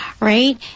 right